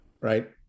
right